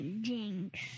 Jinx